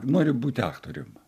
nori būti aktorėm